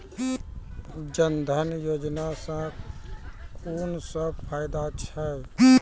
जनधन योजना सॅ कून सब फायदा छै?